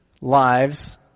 lives